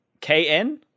K-N